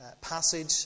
passage